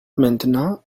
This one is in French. maintenant